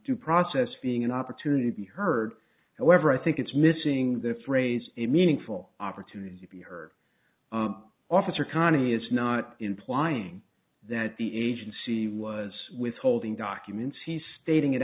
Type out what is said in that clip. due process being an opportunity to be heard however i think it's missing the phrase a meaningful opportunity to be heard officer conny is not implying that the agency was withholding documents he's stating it